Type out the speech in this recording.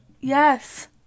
Yes